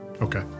Okay